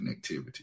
connectivity